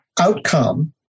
outcome